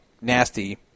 nasty